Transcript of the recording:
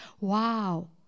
wow